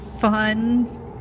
Fun